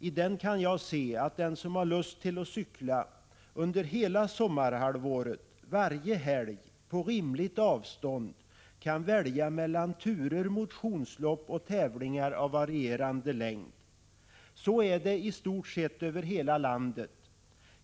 I den kan jag se att den som har lust att cykla — under hela sommarhalvåret, varje helg, på rimligt avstånd — kan välja mellan turer, motionslopp och tävlingar av varierande längd. Så är det över i stort sett hela landet.